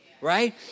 right